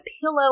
pillow